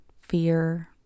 fear